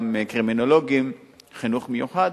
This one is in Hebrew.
גם קרימינולוגים, חינוך מיוחד,